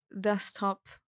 desktop